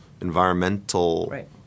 environmental